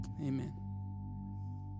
amen